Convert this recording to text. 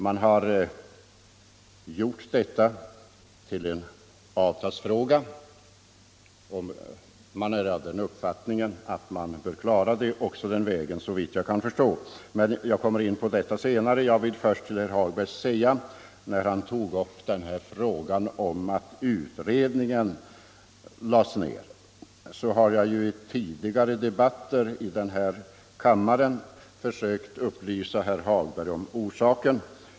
Man har gjort detta till en avtalsfråga, och man har den uppfattningen att man också bör klara det den vägen, såvitt jag kan förstå. Men jag kommer in på detta senare. Herr Hagberg tog upp frågan om att utredningen lades ned. Jag har ju i tidigare debatter i kammaren försökt upplysa herr Hagberg om orsaken.